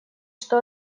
что